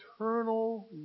eternal